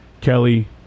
Kelly